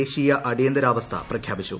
ദേശീയ അടിയന്തരാവസ്ഥ പ്രഖ്യാപിച്ചു